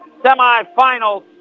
semifinals